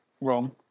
wrong